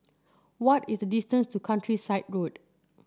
what is the distance to Countryside Road